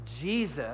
Jesus